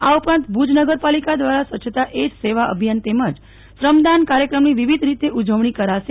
આ ઉપરાંત ભુજ નગરપાલિકા દ્વારા સ્વચ્છતા એજ સેવા અભિયાન તેમજ શ્રમ દાન કાર્યક્રમ ની વિવિધ રીતે ઉજવણી કરાશે